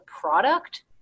product